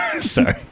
Sorry